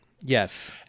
Yes